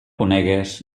conegues